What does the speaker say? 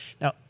Now